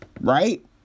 right